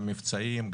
גם מבצעים,